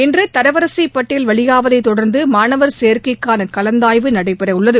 இன்று தரவரிசைப் பட்டியல் வெளியாவதைத் தொடர்ந்து மாணவர் சேர்க்கைக்கான கலந்தாய்வு நடைபெறவுள்ளது